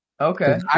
Okay